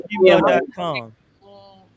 gmail.com